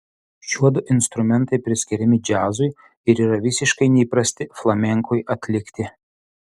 šiuodu instrumentai priskiriami džiazui ir yra visiškai neįprasti flamenkui atlikti